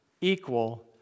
equal